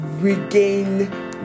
regain